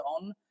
on